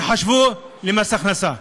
ייחשבו למס הכנסה.